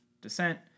descent